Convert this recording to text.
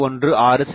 316 செ